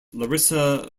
larissa